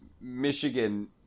Michigan